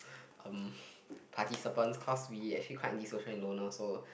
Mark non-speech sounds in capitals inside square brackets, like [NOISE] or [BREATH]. um [BREATH] participants cause we actually quite antisocial and loner so